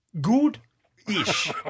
good-ish